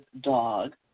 dog